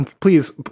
Please